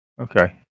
Okay